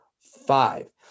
five